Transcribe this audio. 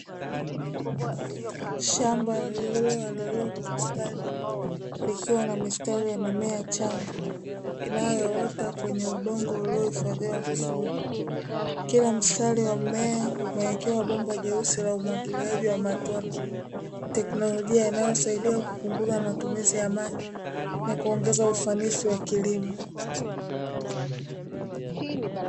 Shamba lililoandaliwa kwa ustadi, likiwa na mistari ya mimea changa inayoota kwenye udongo uliohifadhiwa vizuri, kila mstari wa mmea umewekewa bomba jeusi la umwagiliaji wa matone, teknolojia inayosaidia kupunguza matumizi ya maji na kuongeza ufanisi wa kilimo.